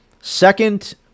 Second